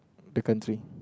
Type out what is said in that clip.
the country